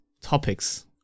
topics